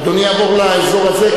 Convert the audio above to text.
אדוני יעבור לאזור הזה,